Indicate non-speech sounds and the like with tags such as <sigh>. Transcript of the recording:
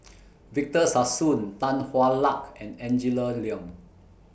<noise> Victor Sassoon Tan Hwa Luck and Angela Liong